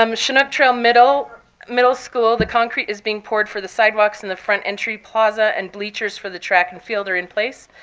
um chinook trail middle middle school, the concrete is being poured for the sidewalks in the front entry plaza, and bleachers for the track and field are in place.